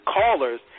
callers